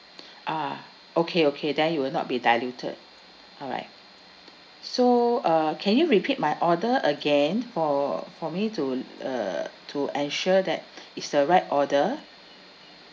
ah okay okay then it will not be diluted alright so uh can you repeat my order again for for me to uh to ensure that it's the right order